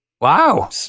Wow